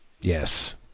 yes